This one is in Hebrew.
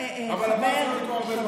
אבל הפעם, בעזרת השם.